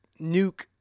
nuke